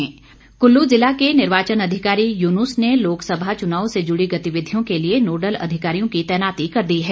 कुल्लू उपायुक्त कुल्लू जिला के निर्वाचन अधिकारी यूनुस ने लोकसभा चुनाव से जुड़ी गतिविधियों के लिए नोडल अधिकारियों की तैनाती कर दी है